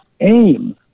aim